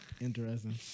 Interesting